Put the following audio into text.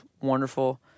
wonderful